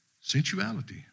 sensuality